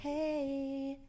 Hey